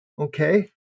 okay